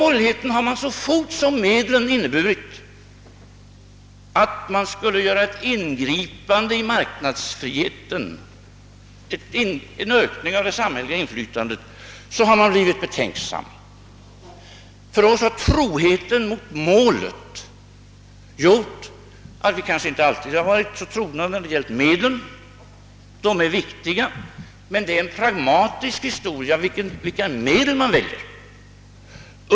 Men så fort som dessa medel har inneburit ett ingrepp i marknadsfriheten och ett ökat samhälleligt inflytande har man på borgerligt håll blivit betänksam. För oss har troheten mot målet gjort att vi kanske inte alltid varit så trogna när det gällt medlen. De är viktiga, men det är en pragmatisk historia vilka medel man väljer.